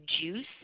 juice